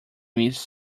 miss